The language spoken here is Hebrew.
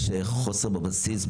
יש חוסר בבסיס,